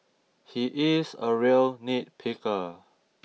he is a real nitpicker